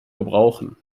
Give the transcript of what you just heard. gebrauchen